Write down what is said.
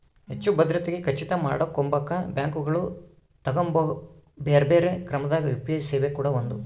ಹೆಚ್ಚು ಭದ್ರತೆಗೆ ಖಚಿತ ಮಾಡಕೊಂಬಕ ಬ್ಯಾಂಕುಗಳು ತಗಂಬೊ ಬ್ಯೆರೆ ಬ್ಯೆರೆ ಕ್ರಮದಾಗ ಯು.ಪಿ.ಐ ಸೇವೆ ಕೂಡ ಒಂದು